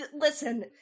Listen